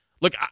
look